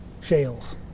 shales